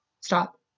stop